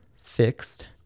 fixed